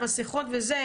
מסכות וזה,